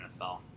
NFL